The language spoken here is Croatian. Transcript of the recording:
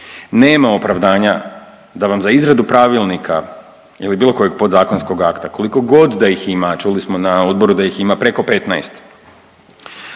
Nema opravdanja da vam za izradu pravilnika ili bilo kojeg podzakonskog akta koliko god da ih ima, a čuli smo na odboru da ih ima preko 15,